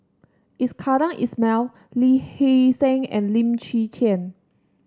Iskandar Ismail Lee Hee Seng and Lim Chwee Chian